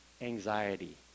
Anxiety